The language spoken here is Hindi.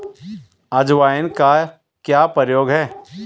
अजवाइन का क्या प्रयोग है?